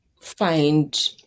find